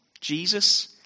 Jesus